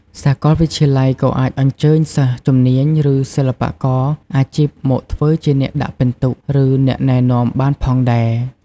សាកលវិទ្យាល័យក៏អាចអញ្ជើញសិស្សជំនាញ ឬសិល្បករអាជីពមកធ្វើជាអ្នកដាក់ពិន្ទុ ឬអ្នកណែនាំបានផងដែរ។